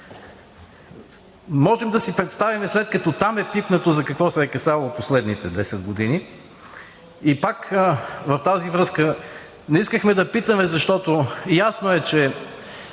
Можем да си представим, след като там е пипнато, за какво се е касаело през последните десет години! И пак в тази връзка не искахме да питаме, защото е ясно, че